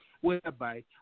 whereby